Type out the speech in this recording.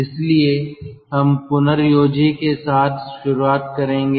इसलिए हम पुनर्योजी के साथ शुरुआत करेंगे